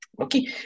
Okay